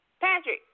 Patrick